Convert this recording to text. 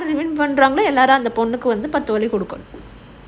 இந்நேரம் அந்த பொண்ணுக்கு வந்து பாத்து கொடுக்கனும்:innaeram andha ponnuku vandhu paathu kodukanum